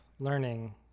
learning